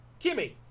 Kimmy